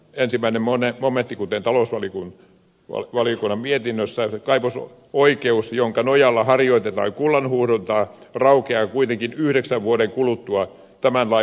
ensimmäinen monen ometi kuten talous oli kun olet valiokunnan mietinnössä jo kaikosuo kaivosoikeus jonka nojalla harjoitetaan kullanhuuhdontaa raukeaa kuitenkin yhdeksän vuoden kuluttua tämän lain voimaantulosta